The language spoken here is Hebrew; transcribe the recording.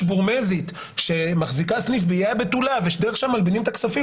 בורמזית שמחזיקה סניף באיי הבתולה ומלבינה את הכספים